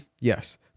Yes